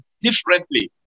differently